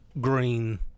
Green